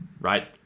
right